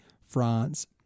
France